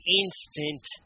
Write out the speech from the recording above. instant